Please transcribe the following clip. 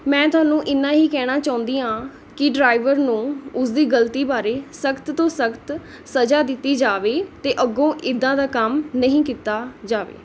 ਮੈਂ ਤੁਹਾਨੂੰ ਇੰਨਾਂ ਹੀ ਕਹਿਣਾ ਚਾਹੁੰਦੀ ਹਾਂ ਕਿ ਡਰਾਈਵਰ ਨੂੰ ਉਸਦੀ ਗਲਤੀ ਬਾਰੇ ਸਖ਼ਤ ਤੋਂ ਸਖ਼ਤ ਸਜ਼ਾ ਦਿੱਤੀ ਜਾਵੇ ਅਤੇ ਅੱਗੋਂ ਇੱਦਾਂ ਦਾ ਕੰਮ ਨਹੀਂ ਕੀਤਾ ਜਾਵੇ